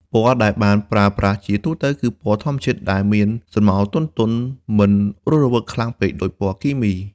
ពណ៌ដែលប្រើប្រាស់ជាទូទៅគឺពណ៌ធម្មជាតិដែលមានស្រមោលទន់ៗមិនរស់រវើកខ្លាំងពេកដូចពណ៌គីមី។